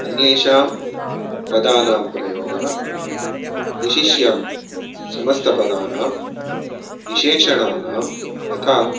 अन्येषां पदानां प्रयोगः विशिष्य समस्तपदानां विशेषणानां यथा